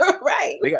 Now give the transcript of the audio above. Right